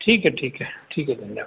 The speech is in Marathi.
ठीक आहे ठीक आहे ठीक आहे तुम्ही या